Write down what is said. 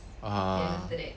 (uh huh)